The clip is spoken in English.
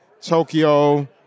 Tokyo